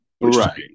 right